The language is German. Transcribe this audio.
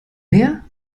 mehr